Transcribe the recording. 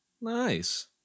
nice